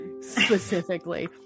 Specifically